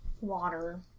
water